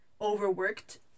overworked